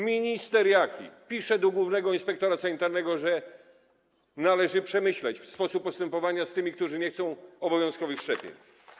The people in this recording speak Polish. Minister Jaki pisze do głównego inspektora sanitarnego, że należy przemyśleć sposób postępowania z tymi, którzy nie chcą obowiązkowych szczepień.